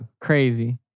Crazy